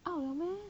out liao meh